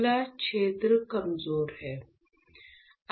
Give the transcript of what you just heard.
खुला क्षेत्र कमजोर है